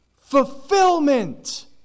fulfillment